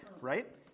right